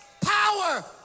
Power